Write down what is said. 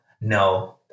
No